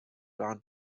round